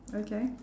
okay